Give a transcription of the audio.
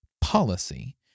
policy